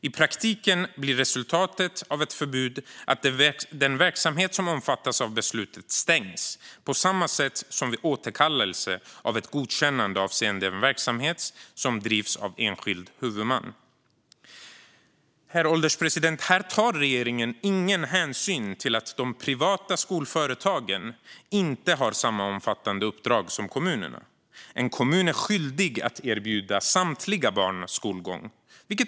I praktiken blir resultatet av ett förbud att den verksamhet som omfattas av beslutet stängs, på samma sätt som vid återkallelse av ett godkännande avseende en verksamhet som drivs av en enskild huvudman." Herr ålderspresident! Här tar regeringen ingen hänsyn till att de privatägda skolföretagen inte har samma omfattande uppdrag som kommunerna. En kommun är skyldig att erbjuda samtliga barn skolgång.